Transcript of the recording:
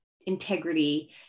integrity